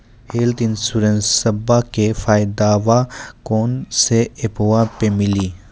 Health इंश्योरेंसबा के फायदावा कौन से ऐपवा पे मिली?